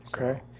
Okay